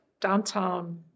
downtown